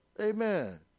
Amen